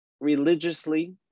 religiously